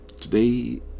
Today